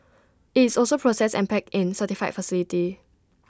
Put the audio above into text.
IT is also processed and packed in certified facility